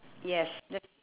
yes that's